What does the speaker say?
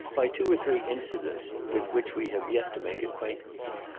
by two or three incidents with which we have yet to make acquaintance.